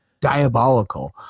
diabolical